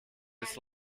its